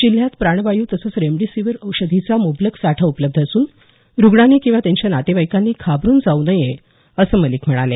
जिल्ह्यात प्राणवायू तसंच रेमडेसिविर औषधीचा मुबलक साठा उपलब्ध असून रुग्णांनी किंवा त्यांच्या नातेवाईकांनी घाबरून जाऊ नये असं मलिक म्हणाले